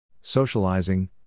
socializing